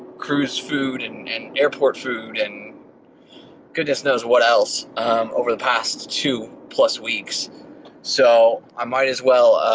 cruise food and and airport food and goodness knows what else over the past two plus weeks so i might as well